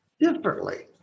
differently